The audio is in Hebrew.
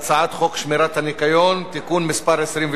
הצעת חוק הספורט (תיקון מס' 7)